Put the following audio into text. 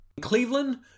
Cleveland